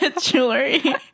Jewelry